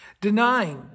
Denying